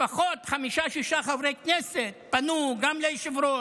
לפחות חמישה-שישה, חברי כנסת פנו גם ליושב-ראש,